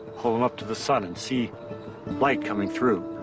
hold them up to the sun and see light coming through.